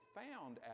found